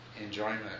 enjoyment